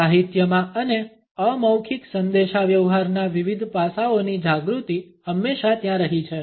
સાહિત્યમાં અને અમૌખિક સંદેશાવ્યવહારના વિવિધ પાસાઓની જાગૃતિ હંમેશા ત્યા રહી છે